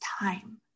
time